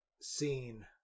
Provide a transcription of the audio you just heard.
scene